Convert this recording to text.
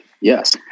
Yes